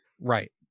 Right